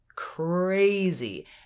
Crazy